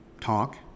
talk